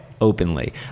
openly